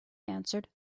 answered